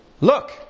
Look